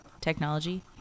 technology